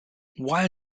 while